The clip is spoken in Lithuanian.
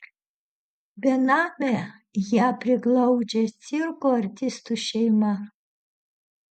benamę ją priglaudžia cirko artistų šeima